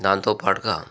దాంతో పాటుగా